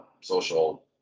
social